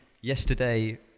Yesterday